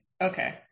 okay